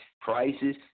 prices